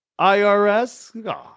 IRS